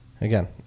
again